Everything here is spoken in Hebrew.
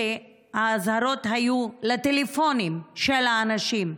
האזהרות היו לטלפונים של האנשים: